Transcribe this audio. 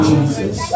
Jesus